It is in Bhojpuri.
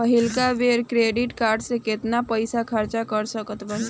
पहिलका बेर क्रेडिट कार्ड से केतना पईसा खर्चा कर सकत बानी?